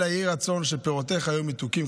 אלא יהי רצון שפירותיך יהיו מתוקים,